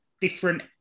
different